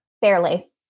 Barely